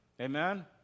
Amen